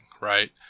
right